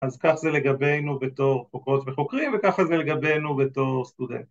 ‫אז כך זה לגבינו בתור חוקרות וחוקרים, ‫וככה זה לגבינו בתור סטודנטים.